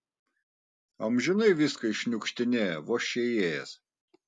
amžinai viską iššniukštinėja vos čia įėjęs